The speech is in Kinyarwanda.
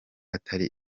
atari